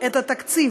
עוד דבר שמפליא אותנו,